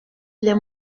les